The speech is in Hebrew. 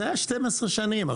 זה היה 12 שנים.